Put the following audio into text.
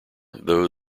though